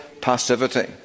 passivity